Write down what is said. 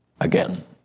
again